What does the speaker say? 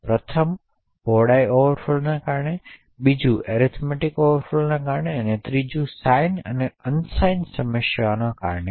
પ્રથમ પહોળાઈ ઓવરફ્લોને કારણે છે બીજું એરીથમેટીક ઓવરફ્લોને કારણે છે જ્યારે ત્રીજું સાઇન અને અન સાઇન સમસ્યાઓના કારણે છે